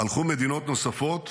הלכו מדינות נוספות,